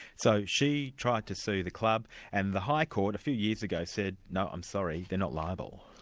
so she tried to sue the club and the high court a few years ago said, no, i'm sorry, they're not liable'.